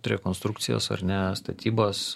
rekonstrukcijas ar ne statybas